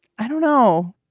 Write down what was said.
i don't know.